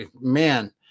man